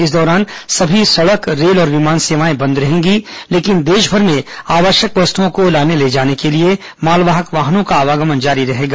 इस दौरान सभी सड़क रेल और विमान सेवाएं बंद रहेंगी लेकिन देशभर में आवश्यक वस्तुओं को लाने ले जाने के लिए मालवाहक वाहनों का आवागमन जारी रहेगा